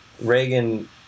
Reagan